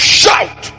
shout